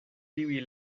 tiuj